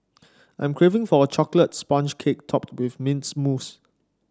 I am craving for a chocolate sponge cake topped with mint mousse